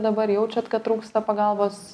dabar jaučiat kad trūksta pagalbos